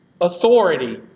authority